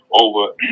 over